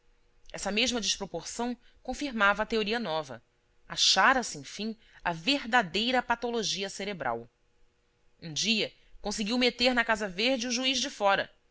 essa mesma desproporção confirmava a teoria nova achara se enfim a verdadeira patologia cerebral um dia conseguiu meter na casa verde o juiz de fora